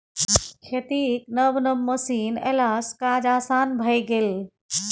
खेतीक नब नब मशीन एलासँ काज आसान भए गेल